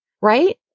Right